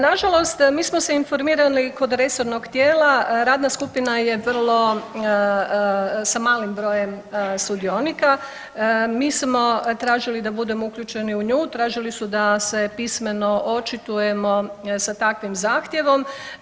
Nažalost mi smo se informirali kod resornog tijela, radna skupina je vrlo sa malim brojem sudionika, mi smo tražili da budemo uključeni u nju, tražili su da se pismeno očitujemo sa takvim zahtjevom.